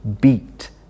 beat